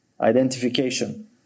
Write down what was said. identification